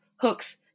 Hooks